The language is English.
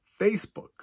Facebook